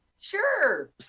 Sure